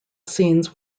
scenes